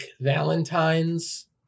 Valentines